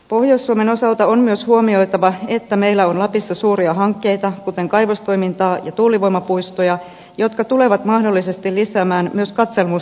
pohjois suomen osalta on myös huomioitava että meillä on lapissa suuria hankkeita kuten kaivostoimintaa ja tuulivoimapuistoja jotka tulevat mahdollisesti lisäämään myös katselmusten määrää